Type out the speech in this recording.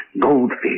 goldfish